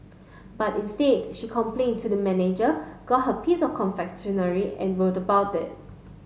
but instead she complained to the manager got her piece of confectionery and wrote about it